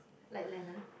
like Leonard